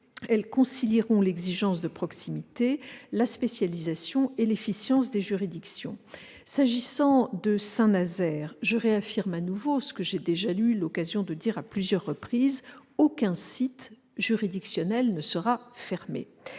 Elles concilieront l'exigence de proximité, la spécialisation et l'efficience des juridictions. S'agissant de Saint-Nazaire, je réaffirme ce que j'ai déjà eu l'occasion de dire à plusieurs reprises : aucun site juridictionnel ne sera fermé.